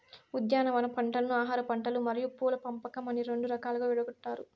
ఉద్యానవన పంటలను ఆహారపంటలు మరియు పూల పంపకం అని రెండు రకాలుగా విడగొట్టారు